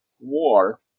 war